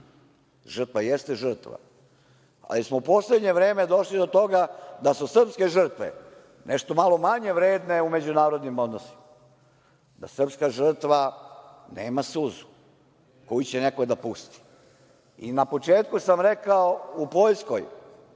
Žrtva jeste žrtva, ali smo u poslednje vreme došli do toga da su srpske žrtve nešto malo manje vredne u međunarodnim odnosima, da srpska žrtva nema suzu koju će neko da pusti. Na početku sam rekao, u Poljskoj